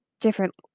different